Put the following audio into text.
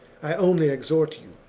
i only exhort you,